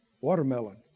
Watermelon